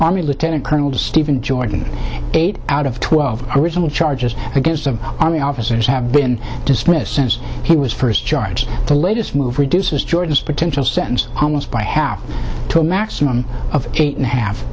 army lieutenant colonel steven jordan eight out of twelve original charges against the army officers have been dismissed since he was first charged the latest move reduces jordan's potential sentence almost by half to a maximum of eight and a half